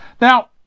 now